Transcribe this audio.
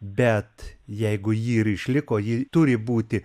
bet jeigu ji ir išliko ji turi būti